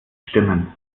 stimmen